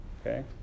okay